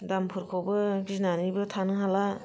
दामफोरखौबो गिनानैबो थानो हाला